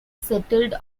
settled